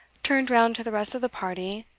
turned round to the rest of the party,